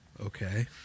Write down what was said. okay